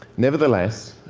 nevertheless,